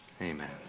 amen